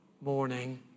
morning